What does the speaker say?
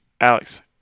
Alex